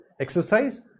exercise